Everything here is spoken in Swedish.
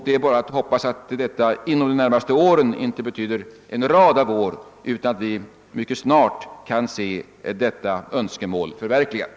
Det är bara att hoppas att »inom de närmaste åren» inte betyder en rad av år utan att vi mycket snart kan se detta önskemål förverkligat.